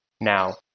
Now